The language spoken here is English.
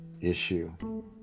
issue